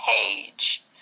page